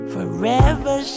Forever